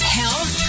health